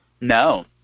No